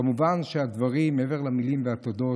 כמובן שמעבר למילים והתודות,